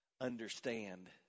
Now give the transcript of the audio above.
understand